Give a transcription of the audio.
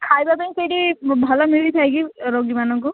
ଖାଇବା ପାଇଁ ସେଇଠି ଭଲ ମିଳିଥାଏ କି ରୋଗୀମାନଙ୍କୁ